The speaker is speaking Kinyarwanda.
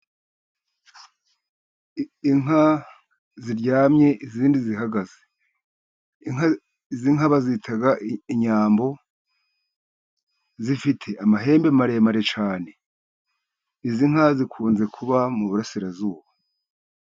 Inka ziryamye, izindi zihagaze, inka, izi nka bazita inyambo, zifite amahembe maremare cyane, izi nka zikunze kuba mu Burasirazuba.